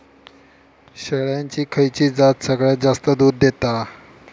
शेळ्यांची खयची जात सगळ्यात जास्त दूध देता?